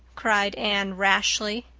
cried anne rashly.